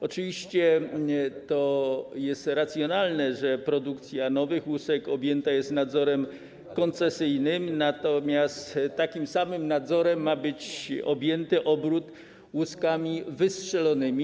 Oczywiście to jest racjonalne, że produkcja nowych łusek objęta jest nadzorem koncesyjnym, natomiast takim samym nadzorem ma być objęty obrót łuskami wystrzelonymi.